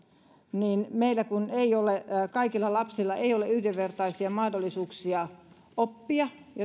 niin meillä kaikilla lapsilla ei ole yhdenvertaisia mahdollisuuksia oppia